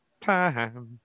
time